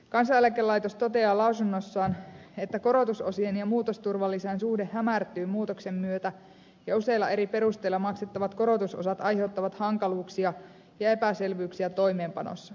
kansaneläkelaitos toteaa lausunnossaan että korotusosien ja muutosturvan lisän suhde hämärtyy muutoksen myötä ja useilla eri perusteilla maksettavat korotusosat aiheuttavat hankaluuksia ja epäselvyyksiä toimeenpanossa